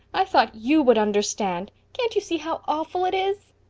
i thought you would understand. can't you see how awful it is?